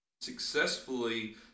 successfully